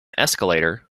escalator